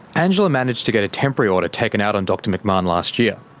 angela managed to get a temporary order taken out on dr mcmahon last year,